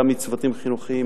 גם מצוותים חינוכיים,